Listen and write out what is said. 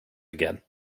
again